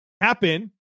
happen